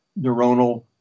neuronal